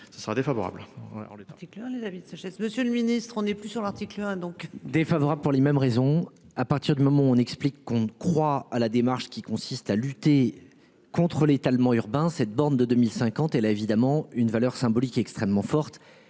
de sagesse. Monsieur le ministre, on est plus sur l'article hein donc défavorable pour les mêmes raisons. À partir du moment où on explique qu'on croit à la démarche qui consiste à lutter. Contre l'étalement urbain cette borne de 2050 et là évidemment une valeur symbolique extrêmement forte